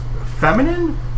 feminine